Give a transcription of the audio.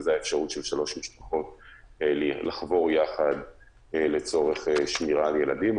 וזו אפשרות של שלוש משפחות לחבור יחד לצורך שמירה על ילדים.